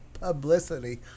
publicity